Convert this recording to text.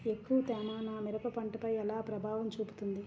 ఎక్కువ తేమ నా మిరప పంటపై ఎలా ప్రభావం చూపుతుంది?